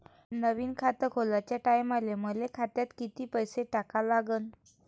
नवीन खात खोलाच्या टायमाले मले खात्यात कितीक पैसे टाका लागन?